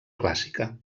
clàssica